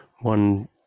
one